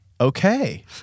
Okay